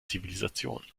zivilisation